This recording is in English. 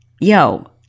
yo